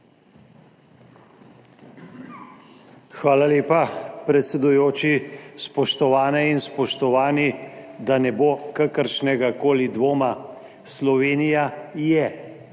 Hvala lepa, predsedujoči. Spoštovane in spoštovani. Da ne bo kakršnegakoli dvoma, Slovenija je